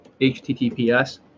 HTTPS